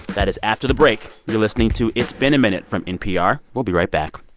that is after the break. you're listening to it's been a minute from npr. we'll be right back